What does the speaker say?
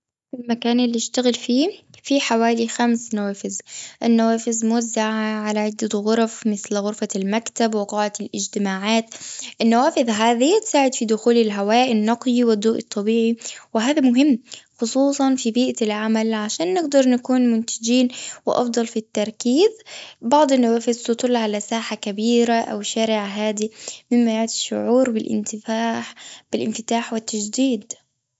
المكان اللي أشتغل فيه، فيه حوالي خمس نوافذ. النوافذ موزعة على عدة غرف، مثل غرفة المكتب، وقاعة الإجتماعات. النوافذ هذي تساعد في دخول الهواء النقي الطبيعي، وهذا مهم، خصوصاً في بيئة العمل عشان، نجدر نكون منتجين وأفضل في التركيز. بعض النوافذ تطل على ساحة كبيرة، أو شارع هادي، مما يعزز شعور بالانتفاح- بالانفتاح والتجديد.